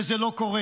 וזה לא קורה.